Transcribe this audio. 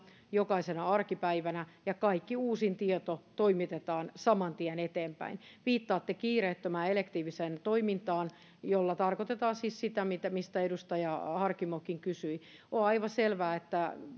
jokaisena arkipäivänä ja kaikki uusin tieto toimitetaan saman tien eteenpäin viittaatte kiireettömään elektiiviseen toimintaan jolla tarkoitetaan siis sitä mistä edustaja harkimokin kysyi on on aivan selvää että